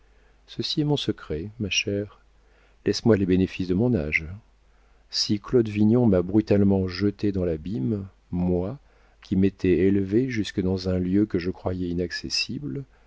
ceci est mon secret ma chère laisse-moi les bénéfices de mon âge si claude vignon m'a brutalement jetée dans l'abîme moi qui m'étais élevée jusque dans un lieu que je croyais inaccessible